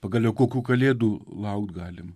pagaliau kokių kalėdų laukt galim